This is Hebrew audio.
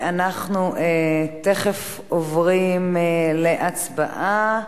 ואנחנו תיכף עוברים להצבעה,